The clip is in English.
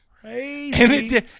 crazy